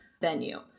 venue